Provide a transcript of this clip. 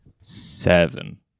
Seven